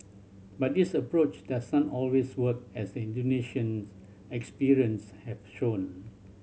but this approach does not always work as the Indonesians experience has shown